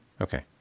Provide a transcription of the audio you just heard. okay